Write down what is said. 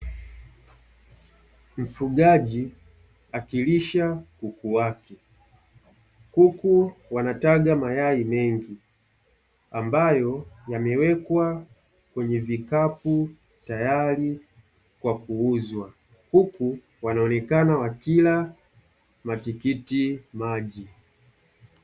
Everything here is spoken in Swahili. Mfugaji akilisha kuku wake kuku wanataga mayai mengi, ambayo yamewekwa kwenye vikapu tayari kwa kuuzwa, huku wanaonekana wakila matikiti maji .